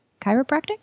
chiropractic